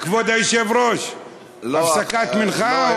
כבוד היושב-ראש, לא הפסקת מנחה, או, לא.